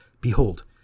behold